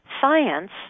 Science